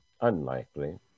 Unlikely